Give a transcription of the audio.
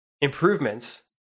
improvements